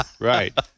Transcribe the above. right